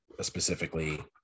specifically